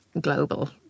global